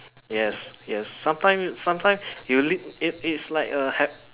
yes yes sometime sometime you l~ it is like a hap~